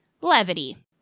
levity